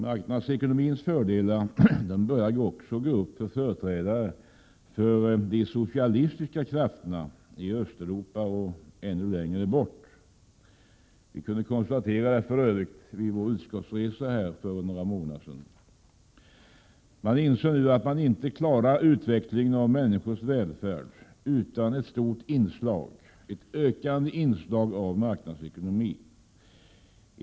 Marknadsekonomins fördelar börjar också gå upp för företrädare för de socialistiska krafterna i Östeuropa och ännu längre bort. Det kunde vi konstatera vid vår utskottsresa för någon månad sedan. Man inser nu att man inte klarar utvecklingen av människors välfärd utan ett stort och ökande inslag av marknadsekonomi.